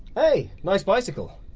hey! nice bicycle!